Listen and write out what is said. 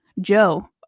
Joe